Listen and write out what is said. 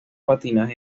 patinaje